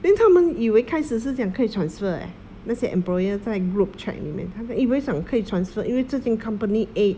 then 他们以为开始是讲可以 transfer eh 那些 employer 在 group chat 里面以为讲可以 transfer 因为之前 company A